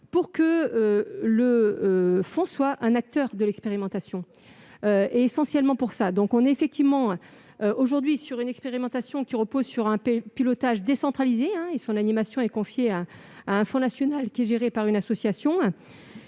afin que le fonds soit un acteur de l'expérimentation- essentiellement pour cela, d'ailleurs. Aujourd'hui, l'expérimentation repose sur un pilotage décentralisé et son animation est confiée à un fonds national qui est géré par une association.